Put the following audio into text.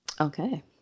Okay